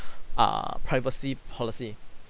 err privacy policy